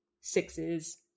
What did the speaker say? sixes